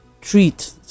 treat